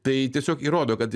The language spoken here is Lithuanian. tai tiesiog įrodo kad